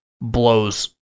blows